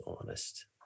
honest